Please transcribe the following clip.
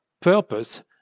purpose